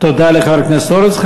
תודה לחבר הכנסת הורוביץ.